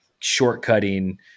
shortcutting